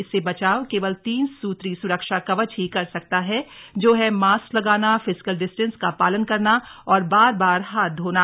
इससे बचाव केवल तीन सूत्री सूरक्षा कवच ही कर सकता है जो है मास्क लगान फिजिकल डिस्टेंस का पालन करना और बार बार हाथ धोना